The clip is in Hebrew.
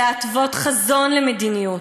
להתוות חזון למדיניות,